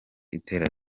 itera